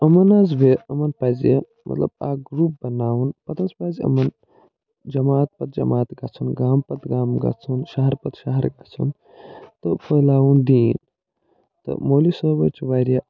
یِمن حظ وِ یِمن پزِ یہِ مطلب اکھ گرٛوپ بناوُن پتہٕ حظ پزٕ یِمن جمات پت جمات گَِژھُن گامہٕ پتہٕ گامہٕ گَژھُن شہر پتہٕ شہر گَژھُن تہٕ پھٔلاوُن دیٖن تہٕ مولی صٲب حظ چھِ وارِیاہ